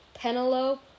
Penelope